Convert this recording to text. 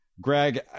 Greg